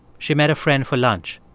she met a friend for lunch.